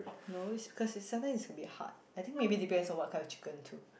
no is because is sometimes it's a bit hard I think maybe depends on what kind of chicken too